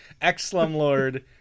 ex-slumlord